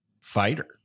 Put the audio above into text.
fighter